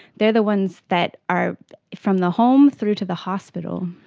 they are the ones that are from the home through to the hospital.